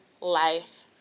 life